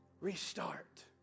Restart